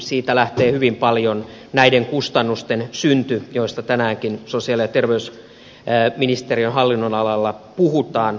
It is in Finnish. siitä lähtee hyvin paljon näiden kustannusten synty joista tänäänkin sosiaali ja terveysministeriön hallinnonalalla puhutaan